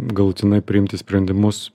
galutinai priimti sprendimus